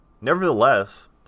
Nevertheless